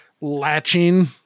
latching